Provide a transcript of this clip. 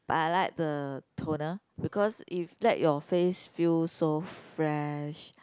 but I like the toner because if let your face feel so fresh